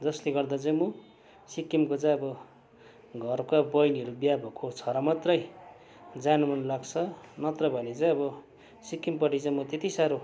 जसले गर्दा चाहिँ म सिक्किमको चाहिँ अब घरको अब बहिनीहरू बिहा भएको छ र मात्रै जानु मनलाग्छ नत्र भने चाहिँ अब सिक्किमपट्टि चाहिँ म त्यति साह्रो